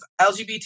LGBT